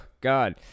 God